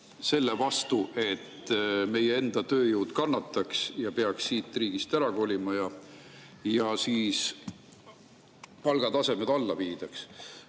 selle vastu, et meie enda tööjõud [ei] kannataks [ega] peaks siit riigist ära kolima ja palgataset alla ei viidaks.